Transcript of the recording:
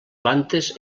plantes